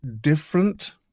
different